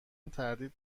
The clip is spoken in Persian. تردید